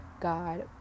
God